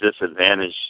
disadvantage